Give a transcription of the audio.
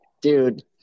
dude